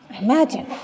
Imagine